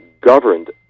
governed